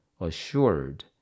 assured